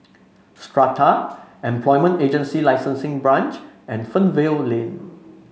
Strata Employment Agency Licensing Branch and Fernvale Lane